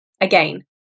Again